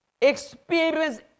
experience